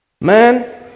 Man